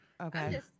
okay